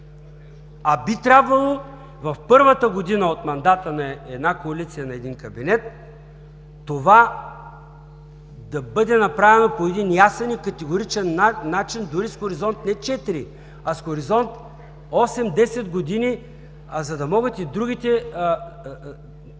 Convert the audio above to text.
А би трябвало в първата година от мандата на една коалиция, на един кабинет това да бъде направено по един ясен и категоричен начин дори с хоризонт, не четири, а с хоризонт 8-10 години, за да могат и другите,